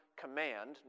command